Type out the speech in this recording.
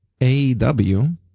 AEW